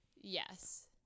yes